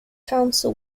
council